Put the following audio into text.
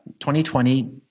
2020